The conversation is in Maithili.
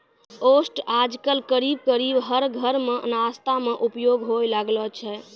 ओट्स आजकल करीब करीब हर घर मॅ नाश्ता मॅ उपयोग होय लागलो छै